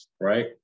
right